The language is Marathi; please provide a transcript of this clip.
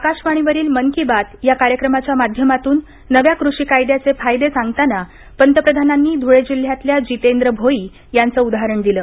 आकाशवाणीवरील मन की बात या कार्यक्रमाच्या माध्यमातून नव्या कृषी कायद्याचे फायदे सांगताना पंतप्रधानांनी धुळे जिल्ह्यातल्या जितेंद्र भोई यांचं उदाहरण दिलं